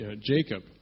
Jacob